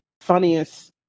funniest